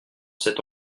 cet